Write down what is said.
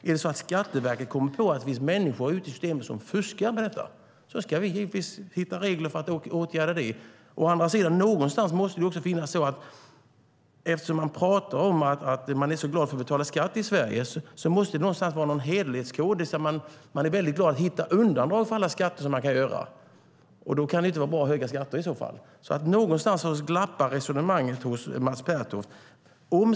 Är det så att Skatteverket kommer på att det finns människor i systemet som fuskar med detta ska vi givetvis hitta regler för att åtgärda det. Eftersom man talar om att man är så glad för att betala skatt i Sverige måste det någonstans finnas en hederlighetskod. Man är väldigt glad att hitta undantag för alla skatter. Det kan i så fall inte vara bra med höga skatter. Någonstans glappar resonemanget hos Mats Pertoft.